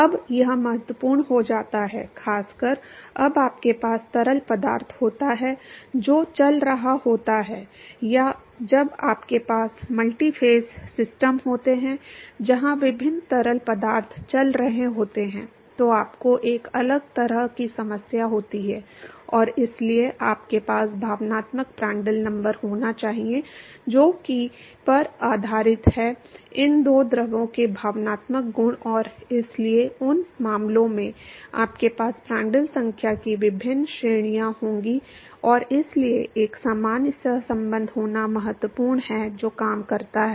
अब यह महत्वपूर्ण हो जाता है खासकर जब आपके पास तरल पदार्थ होता है जो चल रहा होता है या जब आपके पास मल्टीफ़ेज़ सिस्टम होते हैं जहां विभिन्न तरल पदार्थ चल रहे होते हैं तो आपको एक अलग तरह की समस्या होती है और इसलिए आपके पास भावात्मक प्रांड्टल नंबर होना चाहिए जो कि पर आधारित है इन दो द्रवों के भावात्मक गुण और इसलिए उन मामलों में आपके पास प्रांड्टल संख्या की विभिन्न श्रेणियां होंगी और इसलिए एक सामान्य सहसंबंध होना महत्वपूर्ण है जो काम करता है